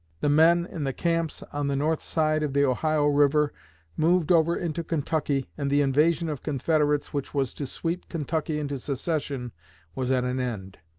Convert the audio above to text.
the men in the camps on the north side of the ohio river moved over into kentucky, and the invasion of confederates which was to sweep kentucky into secession was at an end.